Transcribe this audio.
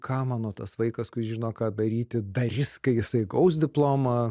ką mano tas vaikas kuris žino ką daryti darys kai jisai gaus diplomą